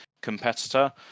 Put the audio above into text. competitor